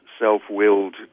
self-willed